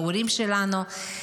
בהורים שלנו.